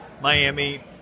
Miami